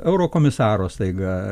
eurokomisaro staiga